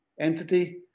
entity